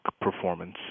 performance